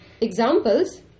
Example's